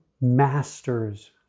masters